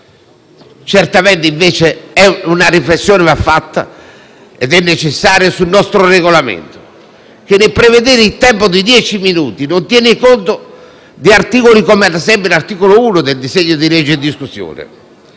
Certamente invece una riflessione va fatta - ed è necessaria - sul nostro Regolamento, che nel prevedere il tempo di dieci minuti, non tiene conto dell'importanza di alcuni articoli, come l'articolo 1 del disegno di legge in discussione